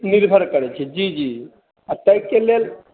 निर्भर करै छै जी जी आ ताहि के लेल